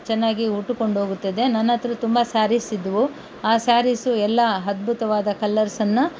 ಚೆನ್ನಾಗಿ ಉಟ್ಟುಕೊಂಡು ಹೋಗುತ್ತಿದ್ದೆ ನನ್ನ ಹತ್ತಿರ ತುಂಬ ಸ್ಯಾರೀಸ್ ಇದ್ದವು ಆ ಸ್ಯಾರೀಸು ಎಲ್ಲ ಅದ್ಭುತವಾದ ಕಲರ್ಸನ್ನು